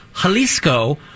Jalisco